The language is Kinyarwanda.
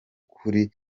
kuri